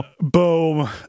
Boom